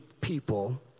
people